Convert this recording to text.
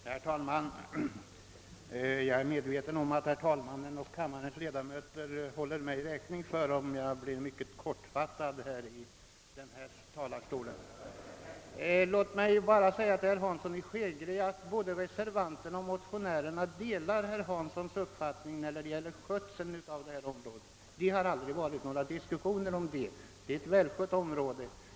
Herr talman! Jag är medveten om att herr talmannen och kammarens ledamöter håller mig räkning för om jag fattar mig mycket kort. Låt mig bara säga till herr Hansson i Skegrie att både reservanterna och motionärerna delar herr Hanssons uppfattning i fråga om skötseln av detta område. Det har aldrig varit några diskussioner om den saken. Det är ett välskött område.